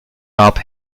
gab